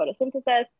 photosynthesis